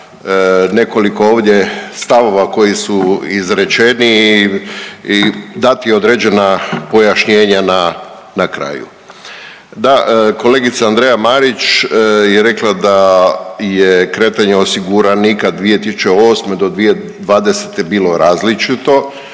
nekoliko ovdje stavova koji su izrečeni i dati određena pojašnjenja na kraju. Da, kolegica Andreja Marić je rekla da kretanje osiguranika 2008. do 2020. bilo različito,